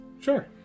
Sure